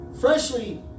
freshly